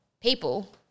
people